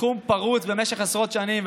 תחום פרוץ במשך עשרות שנים,